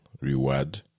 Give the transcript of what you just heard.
reward